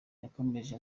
yakomeje